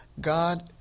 God